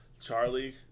Charlie